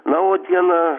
na o dieną